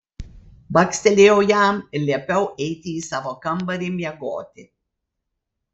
bakstelėjau jam ir liepiau eiti į savo kambarį miegoti